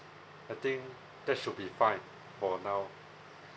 I think that should be fine for now